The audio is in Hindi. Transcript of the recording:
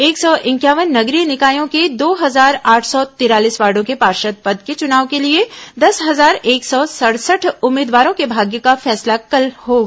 एक सौ इंक्यावन नगरीय निकायों के दो हजार आठ सौ तिरालीस वार्डो के पार्षद पद के चुनाव के लिए दस हजार एक सौ सड़सठ उम्मीदवारों के भाग्य का फैसला कल हो जाएगा